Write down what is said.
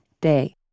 day